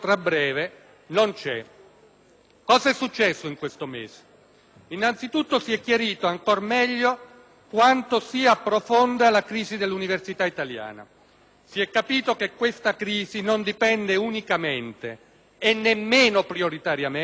Cos'è successo in questo mese? Innanzitutto si è chiarito ancora meglio quanto sia profonda la crisi dell'università italiana; si è capito che questa crisi non dipende unicamente e nemmeno prioritariamente dai finanziamenti.